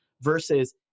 versus